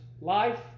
life